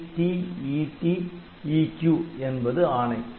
ITTET EQ என்பது ஆணை